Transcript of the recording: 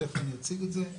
תיכף אני אציג את זה,